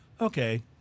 Okay